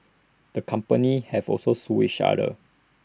the companies have also sued each other